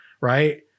Right